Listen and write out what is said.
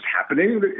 happening